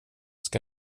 ska